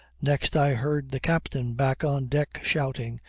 next i heard the captain back on deck shouting,